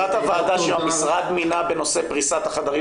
תת הוועדה שהמשרד מינה בנושא פריסת החדרים